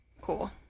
cool